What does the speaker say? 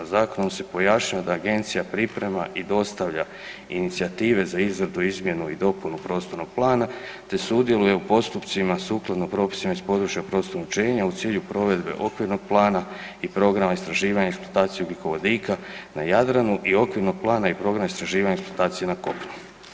Zakonom se pojašnjava da agencija priprema i dostavlja inicijative za izradu, izmjenu i dopunu prostornog plana te sudjeluje u postupcima sukladno propisima iz područja prostornog … [[Govornik se ne razumije]] u cilju provedbe okvirnog plana i programa istraživanja i eksploatacije ugljikovodika na Jadranu i okvirnog plana i programa istraživanja i eksploatacije na kopnu.